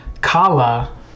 Kala